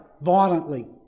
violently